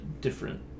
different